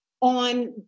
on